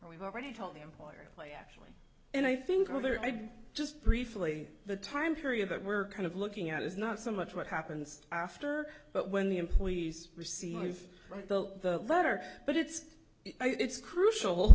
and we've already told the employer play actually and i think over there i just briefly the time period that we're kind of looking at is not so much what happens after but when the employees receive the letter but it's it's crucial